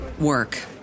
work